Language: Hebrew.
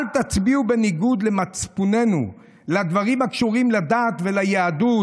אל תצביעו בניגוד למצפוננו בדברים הקשורים לדת וליהדות,